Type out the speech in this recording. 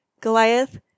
Goliath